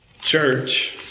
church